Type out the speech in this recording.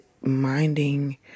minding